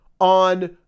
on